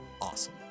awesome